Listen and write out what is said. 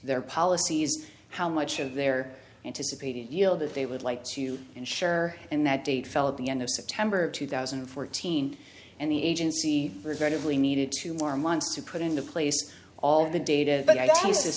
their policies how much of their anticipated deal that they would like to insure and that date fell at the end of september two thousand and fourteen and the agency regrettably needed two more months to put into place all of the data